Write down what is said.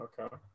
Okay